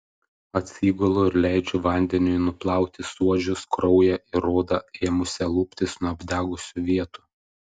atsigulu ir leidžiu vandeniui nuplauti suodžius kraują ir odą ėmusią luptis nuo apdegusių vietų